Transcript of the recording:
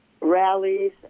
rallies